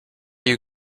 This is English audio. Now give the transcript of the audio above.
you